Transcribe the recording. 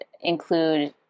include